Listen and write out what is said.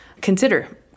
consider